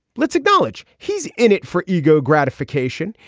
let's acknowledge he's in it for ego gratification.